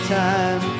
time